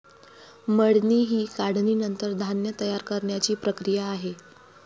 मळणी ही काढणीनंतर धान्य तयार करण्याची प्रक्रिया आहे